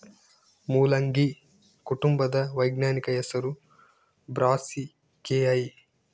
ಮುಲ್ಲಂಗಿ ಕುಟುಂಬದ ವೈಜ್ಞಾನಿಕ ಹೆಸರು ಬ್ರಾಸಿಕೆಐ